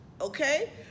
Okay